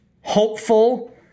hopeful